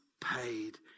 paid